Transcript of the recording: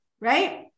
right